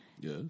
Yes